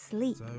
Sleep